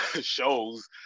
Shows